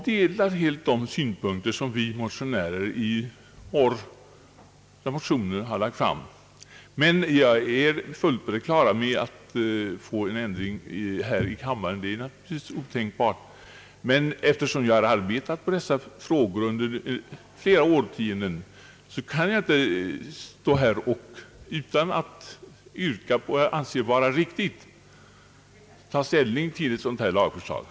Dessa lantmätare delar de synpunkter som vi motionärer lagt fram. Jag är fullt på det klara med att det är otänkbart att genom beslut här i kammaren få en ändring till stånd, men eftersom jag har arbetat med dessa frågor under flera årtionden kan jag när det gäller att ta ställning till detta lagförslag inte underlåta att yrka på vad jag anser vara riktigt.